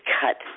cut